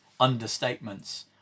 understatements